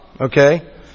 okay